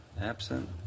Absent